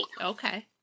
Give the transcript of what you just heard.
Okay